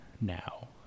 now